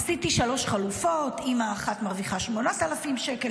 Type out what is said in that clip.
עשיתי שלוש חלופות: אימא אחת מרוויחה 8,000 שקל,